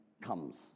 comes